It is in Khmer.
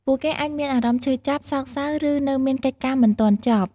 ពួកគេអាចមានអារម្មណ៍ឈឺចាប់ សោកសៅ ឬនៅមានកិច្ចការមិនទាន់ចប់។